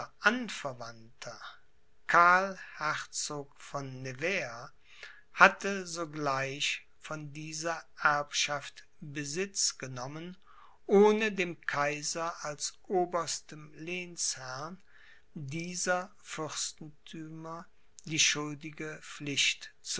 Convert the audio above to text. anverwandter karl herzog von nevers hatte sogleich von dieser erbschaft besitz genommen ohne dem kaiser als oberstem lehnsherrn dieser fürstenthümer die schuldige pflicht